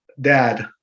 Dad